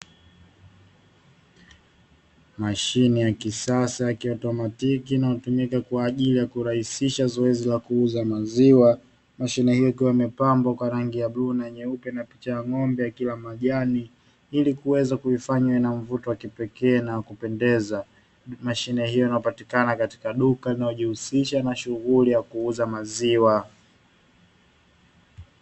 Mashine ya kisasa ya kiautomatiki inayotumika kwa ajili ya kurahisisha zoezi la kuuza maziwa. Mashine hiyo ikiwa imepambwa kwa rangi ya bluu na nyeupe na picha ya ng'ombe akila majani, ili kuweza kuifanya iwe na mvuto wa kipekee na ya kupendeza. Mashine hiyo inapatikana katika duka linalojihusisha na shughuli ya kuuza maziwa.